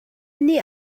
nih